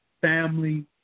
Family